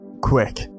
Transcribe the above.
quick